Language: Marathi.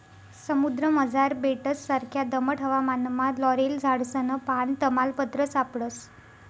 समुद्रमझार बेटससारखा दमट हवामानमा लॉरेल झाडसनं पान, तमालपत्र सापडस